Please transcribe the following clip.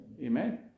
Amen